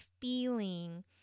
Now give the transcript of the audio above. feeling